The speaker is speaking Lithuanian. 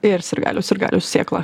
ir sirgalių sirgaliaus sėkla